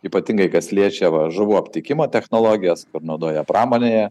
ypatingai kas liečia va žuvų aptikimą technologijas kur naudoja pramonėje